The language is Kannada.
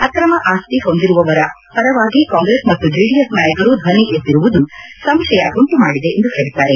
ಅಕ್ರಮ ಆಸ್ತಿ ಹೊಂದಿರುವವರ ಪರವಾಗಿ ಕಾಂಗ್ರೆಸ್ ಮತ್ತು ಜೆಡಿಎಸ್ ನಾಯಕರು ಧ್ವನಿ ಎತ್ತಿರುವುದು ಸಂಶಯ ಉಂಟು ಮಾಡಿದೆ ಎಂದು ಹೇಳಿದ್ದಾರೆ